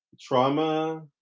Trauma